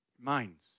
Minds